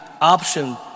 option